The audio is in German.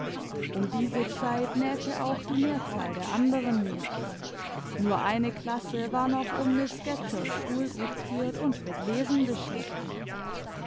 um diese zeit nähte auch die mehrzahl der anderen mädchen nur eine klasse war noch um miß scatcherds stuhl gruppiert und mit lesen beschäftigt